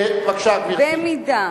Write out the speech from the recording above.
בבקשה, גברתי.